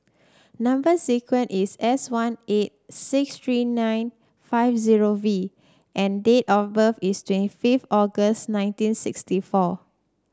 number sequence is S one eight six three nine five zero V and date of birth is twenty fifth August nineteen sixty four